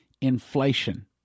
inflation